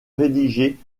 rédigée